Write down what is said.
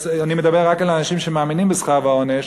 אני מדבר רק על אנשים שמאמינים בשכר ועונש,